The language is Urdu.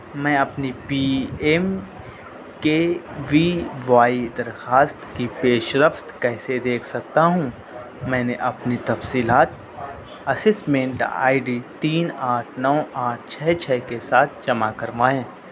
میں اپنی P M K V Y درخواست کی پیش رفت کیسے دیکھ سکتا ہوں میں نے اپنی تفصیلات اسسمنٹ آئی ڈی تین آٹھ نو آٹھ چھ چھ کے ساتھ جمع کروائیں